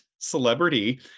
Celebrity